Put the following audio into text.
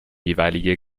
jeweilige